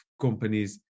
companies